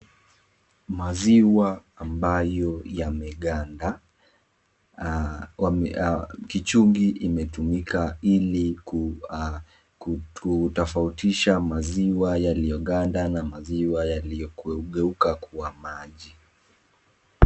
Maziwa ambayo yameganda, kichungi imetumika hili kutofautisha maziwa yaliyoganda na maziwa yaliyo geuka kuwa maji.